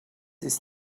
ist